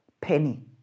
penny